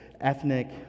ethnic